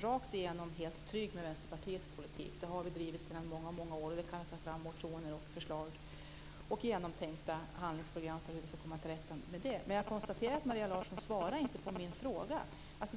rakt igenom helt trygg med Vänsterpartiets politik. Den har vi drivit sedan många år. Jag kan ta fram motioner, förslag och genomtänkta handlingsprogram för hur vi ska komma till rätta med det. Jag konstaterar att Maria Larsson inte svarar på min fråga.